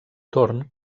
torn